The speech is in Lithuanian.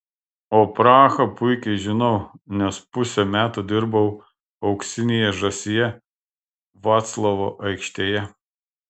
o prahą puikiai žinau nes pusę metų dirbau auksinėje žąsyje vaclavo aikštėje